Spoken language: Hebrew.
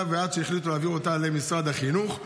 עד שהחליטו להעביר אותה למשרד החינוך.